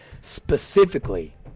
specifically